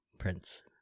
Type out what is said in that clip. Prince